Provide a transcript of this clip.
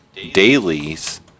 dailies